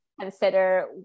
consider